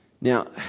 Now